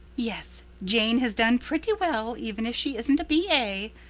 yes, jane has done pretty well, even if she isn't a b a,